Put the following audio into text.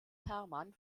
herrmann